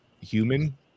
human